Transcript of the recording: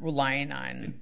reliant nin